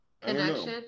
connection